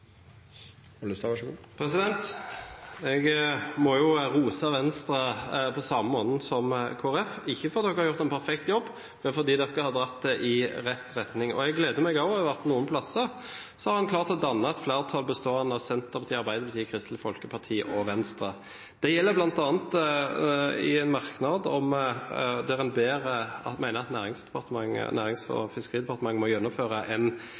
Jeg må rose Venstre på samme måten som Kristelig Folkeparti, ikke fordi de har gjort en perfekt jobb, men fordi de har dratt dette i rett retning. Jeg gleder meg også over at en noen steder har klart å danne et flertall, bestående av Senterpartiet, Arbeiderpartiet, Kristelig Folkeparti og Venstre. Det gjelder bl.a. i en merknad der en mener at Nærings- og fiskeridepartementet må gjennomføre en